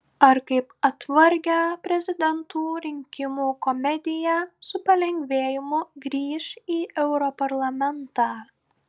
ar kaip atvargę prezidentų rinkimų komediją su palengvėjimu grįš į europarlamentą